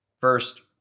first